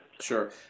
sure